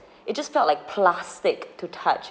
it just felt like plastic to touch